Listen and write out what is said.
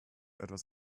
etwas